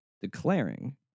declaring